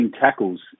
tackles